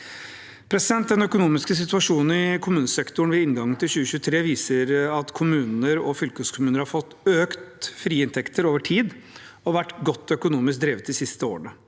videre. Den økonomiske situasjonen i kommunesektoren ved inngangen til 2023 viste at kommuner og fylkeskommuner har fått økte frie inntekter over tid og har vært godt økonomisk drevet de siste årene.